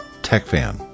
TechFan